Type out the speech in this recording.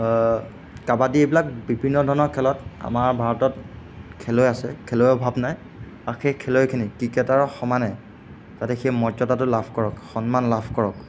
কাবাডি এইবিলাক বিভিন্ন ধৰণৰ খেলত আমাৰ ভাৰতত খেলুৱৈ আছে খেলুৱৈৰ অভাৱ নাই বাকী খেলুৱৈখিনি ক্ৰিকেটৰ সমানে যাতে সেই মৰ্যদাটো লাভ কৰক সন্মান লাভ কৰক